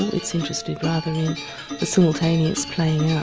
ah it's interested rather in the simultaneous playing now